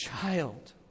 child